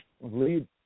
Lead